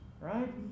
right